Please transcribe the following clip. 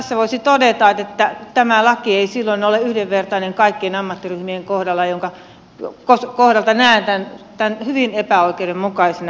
tässä voisi todeta että tämä laki ei silloin ole yhdenvertainen kaikkien ammattiryhmien kohdalla miltä osin näen tämän hyvin epäoikeudenmukaisena